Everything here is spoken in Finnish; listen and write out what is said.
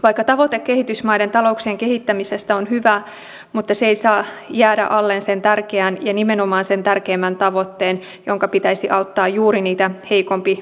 vaikka tavoite kehitysmaiden talouksien kehittämisestä on hyvä se ei saa jättää alleen nimenomaan sitä tärkeintä tavoitetta jonka pitäisi auttaa juuri niitä heikompiosaisia